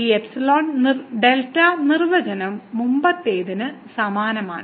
ഈ epsilon delta നിർവചനം മുമ്പത്തേതിന് സമാനമാണ്